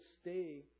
stay